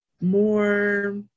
more